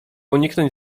uniknąć